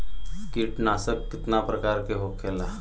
कीटनाशक कितना प्रकार के होखेला?